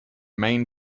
main